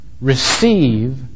Receive